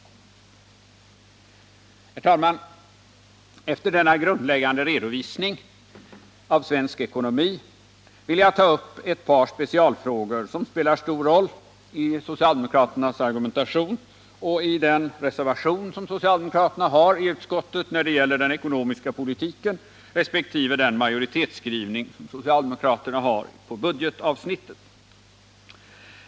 Herr talman! Efter denna grundläggande redovisning av svensk ekonomi vill jag ta upp ett par specialfrågor som spelar stor roll i socialdemokraternas argumentation och i den reservation som socialdemokraterna har fogat till utskottsbetänkandet när det gäller den ekonomiska politiken resp. den majoritetsskrivning som socialdemokraterna har på budgetavsnittet.